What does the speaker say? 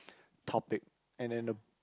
topic and then the